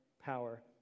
power